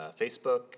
Facebook